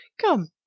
come